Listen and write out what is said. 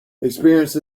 experience